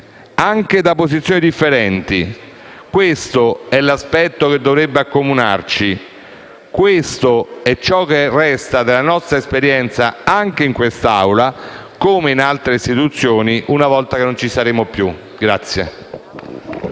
anche da posizioni differenti: questo è l'aspetto che dovrebbe accomunarci. Questo è ciò che resta della nostra esperienza, anche in quest'Aula, come in altre istituzioni, una volta che non ci saremo più.